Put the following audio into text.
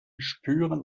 spüren